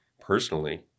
personally